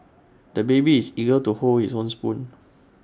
the baby is eager to hold his own spoon